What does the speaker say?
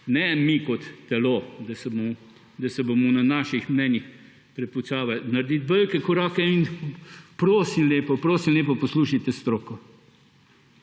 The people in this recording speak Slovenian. ne mi kot telo, da se bomo na naših mnenjih prepucavali, narediti velike korake. In prosim lepo, prosim lepo, poslušajte stroko.